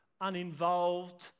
uninvolved